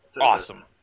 Awesome